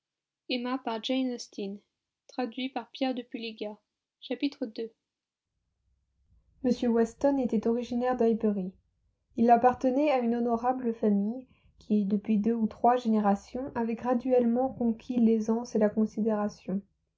m weston était originaire d'highbury il appartenait à une honorable famille qui depuis deux ou trois générations avait graduellement conquis l'aisance et la considération